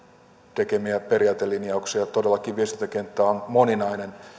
tekemiä periaatelinjauksia todellakin viestintäkenttä on moninainen